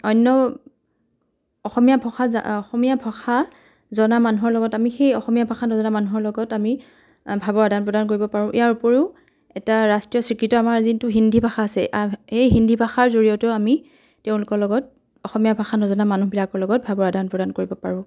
অন্য অসমীয়া ভষা অসমীয়া ভষা জনা মানুহৰ লগত আমি সেই অসমীয়া ভাষা নজনা মানুহৰ লগত আমি ভাবৰ আদান প্ৰদান কৰিব পাৰোঁ ইয়াৰ উপৰিও এটা ৰাষ্ট্ৰীয় স্বীকৃত আমাৰ যোনটো হিন্দী ভাষা আছে এই হিন্দী ভাষাৰ জৰিয়তেও আমি তেওঁলোকৰ লগত অসমীয়া ভাষা নজনা মানুহবিলাকৰ লগত ভাবৰ আদান প্ৰদান কৰিব পাৰোঁ